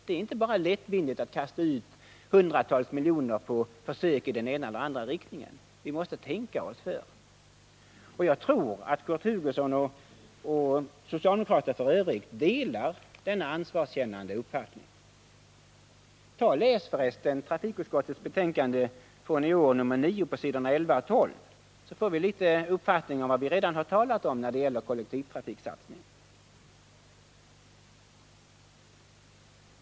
Det går inte att lättvindigt kasta ut hundratals miljoner på försök i den ena eller andra riktningen. Vi måste tänka oss för. Jag tror att Kurt Hugosson och socialdemokraterna i övrigt delar den ansvarskänslan. Läs förresten trafikutskottets betänkande nr 9 från i år, s. 11 och 12! Då får man en viss uppfattning om vad vi redan talat om när det gäller kollektivtrafiksatsning.